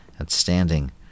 outstanding